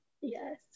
Yes